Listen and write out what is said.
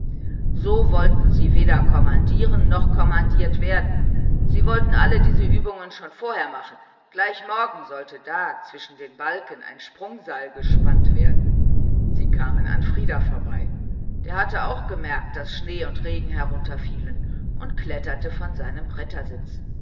so wollten sie sich einmal nicht anstellen sie wollten all diese übungen schon vorher machen gleich morgen sollte da zwischen den balken ein sprungseil gespannt werden sie kamen an frieder vorbei der hatte auch bemerkt daß schnee und regen herunter fielen und kletterte von seinem